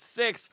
six